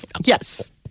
Yes